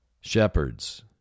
Shepherds